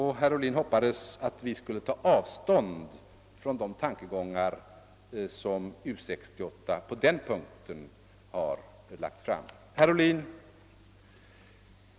Herr Ohlin hoppades att vi skulle ta avstånd från de tankegångar som U 68 på den punkten har fört fram. Herr Ohlin!